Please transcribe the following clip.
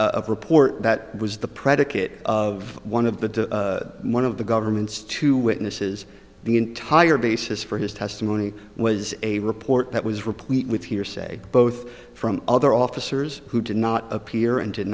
a report that was the predicate of one of the one of the government's two witnesses the entire basis for his testimony was a report that was replete with hearsay both from other officers who did not appear and did